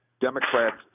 Democrats